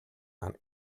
and